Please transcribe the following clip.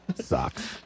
sucks